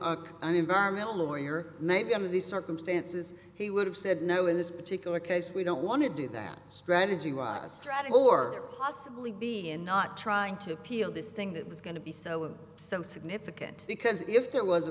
an environmental lawyer maybe under these circumstances he would have said no in this particular case we don't want to do that strategy wise strategy or possibly be in not trying to appeal this thing that was going to be so of some significant because if there was a